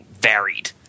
varied